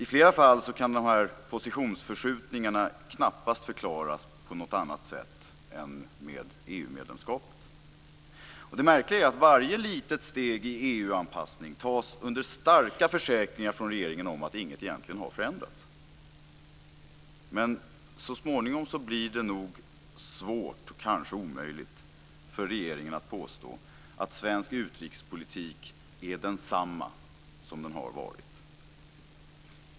I flera fall kan dessa positionsförskjutningar knappast förklaras på något annat sätt än med EU medlemskapet. Det märkliga är att varje litet steg i EU-anpassning tas under starka försäkringar från regeringen om att ingenting egentligen har förändrats. Men så småningom blir det nog svårt och kanske omöjligt för regeringen att påstå att svensk utrikespolitik är densamma som den har varit.